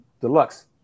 Deluxe